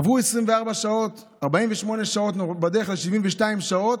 עברו 24 שעות, 48 שעות, בדרך ל-72 שעות,